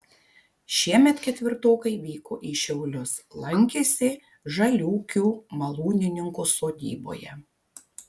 šiemet ketvirtokai vyko į šiaulius lankėsi žaliūkių malūnininko sodyboje